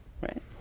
right